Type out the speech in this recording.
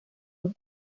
los